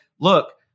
look